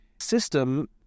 system